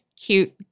Cute